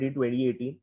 2018